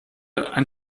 ein